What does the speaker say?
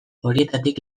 horietatik